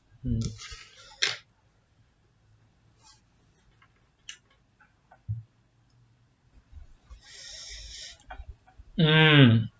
mm mm